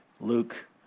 Luke